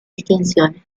distinciones